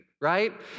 right